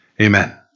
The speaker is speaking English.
Amen